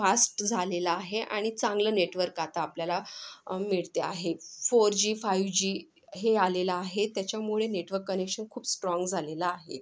fast झालेलं आहे आणि चांगलं नेटवर्क आता आपल्याला मिळते आहे फोरजी फायूजी हे आलेलं आहे त्याच्यामुळे नेटवर्क कनेक्शन खूप स्ट्राँग झालेलं आहे